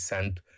Santo